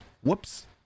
Whoops